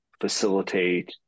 facilitate